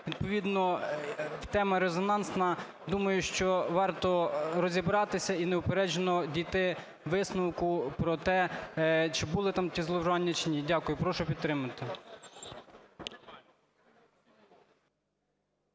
відповідно тема резонансна. Думаю, що варто розібратися і неупереджено дійти висновку про те, чи були там ті зловживання, чи ні. Дякую. Прошу підтримати.